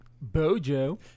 Bojo